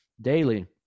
daily